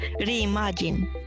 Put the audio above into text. reimagine